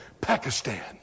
Pakistan